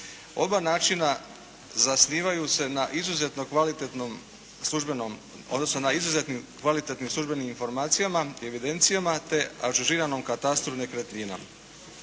odnosno na izuzetnim kvalitetnim službenim informacijama i evidencijama te ažuriranom katastru nekretnina.